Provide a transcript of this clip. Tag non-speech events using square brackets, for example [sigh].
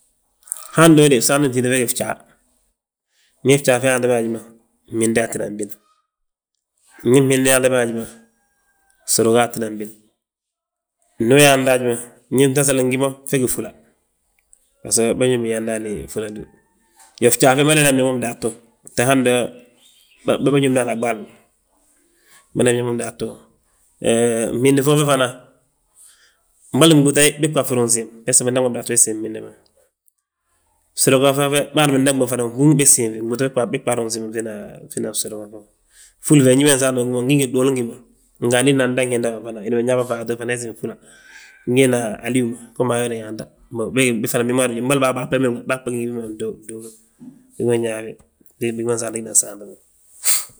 Hando de, fsaanti fntíiti ma fe gí fjaa, ndi fjaa fe yaanti mo haji ma fminda a tinan bin. Ndi fmindi yaanti ma haji ma, fsuruga a ttinan bin. Ndi we yaanta haji ma, ndi ftasal ngi mo fegí flúla, basgo bâ ñóbi ndaani fúladú. Iyoo, fjaa fe [unintelligible] gdaatu, te hando, bâñób ndaani a ɓaali ma, bâna ñób ma ndaatu, he fmindi fo fe fana, mbolo gbúuta bég bà fi ruŋ siim, beso bindaŋ ma bindúba bég siim fmindi ma. [unintelligible] bâan bindaŋ bég fana gbúŋ bég siim fi gbúuta bég bà ruŋ siim fina fsuruga fommu. Fúli fe ñi ma nsaanti bommu ngi hú ma ngí ngi gduulu gí ma, nga anínna andaŋ hiindi ma fana, hi binyaa bo faatu fana he siim fúla. Gbiina alíw ma, bég fana mbolo bàa bà bémbeg ma bâgba gi ngi fi ma nduulu big ma nyaa wi, binan saanti fina fsaanti ma;